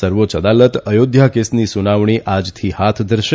સર્વોચ્ય અદાલત અયોધ્યા કેસની સુનાવણી આજથી હાથ ધરશે